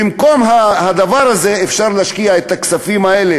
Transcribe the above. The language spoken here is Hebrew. ובמקום הדבר הזה אפשר להשקיע את הכספים האלה